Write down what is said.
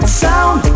sound